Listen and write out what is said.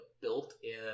built-in